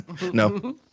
No